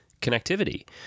connectivity